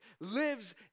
lives